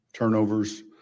Turnovers